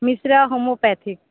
Mishra homeopathic